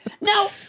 Now